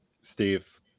Steve